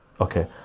Okay